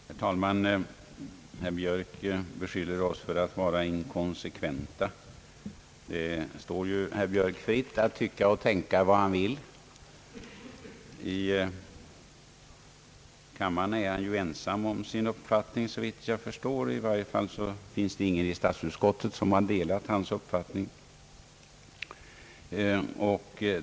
Herr talman! Herr Björk beskyller oss för att vara inkonsekventa. Det står herr Björk fritt att tycka och tänka vad han vill. I kammaren är han, såvitt jag för står, ensam om sin uppfattning. I varje fall finns det ingen i statsutskottet som har delat hans uppfattning.